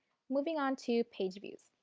moving on to page views.